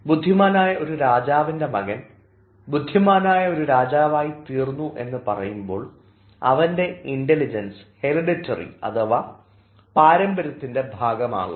ബുദ്ധിമാനായ ഒരു രാജാവിൻറെ മകൻ ബുദ്ധിമാനായ ഒരു രാജാവായി തീർന്നു എന്ന് പറയുമ്പോൾ അവൻറെ ഇൻറലിജൻസ് ഹെറിഡിറ്ററി അഥവാ പാരമ്പര്യത്തിൻറെ ഭാഗമാകുന്നു